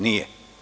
Nije.